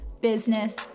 business